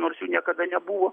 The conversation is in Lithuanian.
nors jų niekada nebuvo